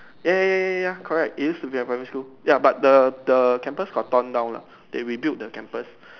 ya ya ya ya ya correct it used to be my primary school ya but the the campus got torn down lah they rebuilt the campus